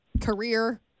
career